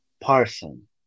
Parson